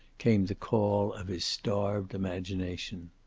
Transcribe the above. came the call of his starved imagination.